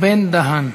בן-דהן.